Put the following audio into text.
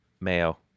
mayo